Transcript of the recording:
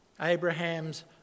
Abraham's